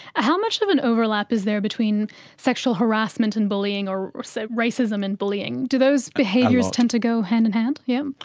ah how much of an overlap is there between sexual harassment and bullying or or so racism and bullying? do those behaviours tend to go hand-in-hand? yeah